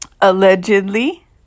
Allegedly